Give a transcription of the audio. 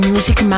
Music